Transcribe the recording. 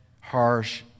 harsh